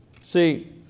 See